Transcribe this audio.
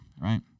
right